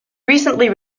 recently